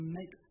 make